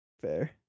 Fair